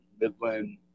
Midland